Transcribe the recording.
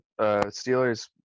Steelers –